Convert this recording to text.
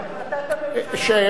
אדוני, אדוני, אדוני, אני אחזור.